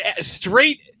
straight